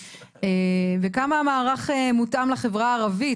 כמה המערך מותאם לחברה הערבית?